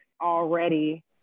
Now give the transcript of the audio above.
already